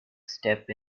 step